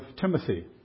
Timothy